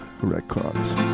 Records